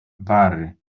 wary